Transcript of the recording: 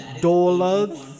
Dollars